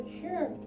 sure